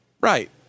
Right